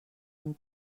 han